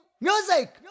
music